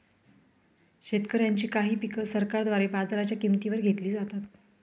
शेतकऱ्यांची काही पिक सरकारद्वारे बाजाराच्या किंमती वर घेतली जातात